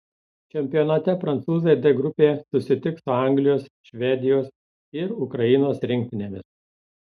čempionate prancūzai d grupėje susitiks su anglijos švedijos ir ukrainos rinktinėmis